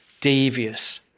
devious